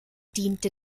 diente